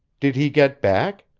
did he get back?